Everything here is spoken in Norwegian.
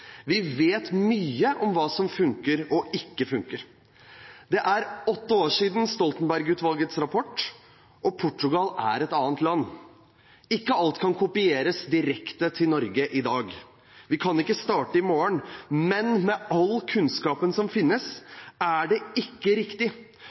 Vi vet mye om hva som funker og ikke funker. Det er åtte år siden Stoltenberg-utvalgets rapport – og Portugal er et annet land. Ikke alt kan kopieres direkte til Norge i dag. Vi kan ikke starte i morgen, men med all kunnskapen som finnes,